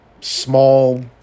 small